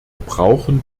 brauchen